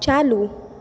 चालू